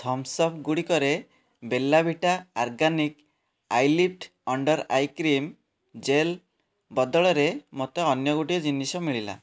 ଥମ୍ପସ୍ଅପ୍ଗୁଡ଼ିକର Bella Vita organic eyelift under eye cream gel ବଦଳରେ ମୋତେ ଅନ୍ୟ ଗୋଟିଏ ଜିନିଷ ମିଳିଲା